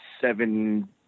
seven